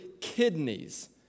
kidneys